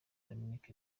dominic